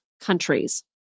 countries